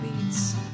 beats